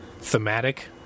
thematic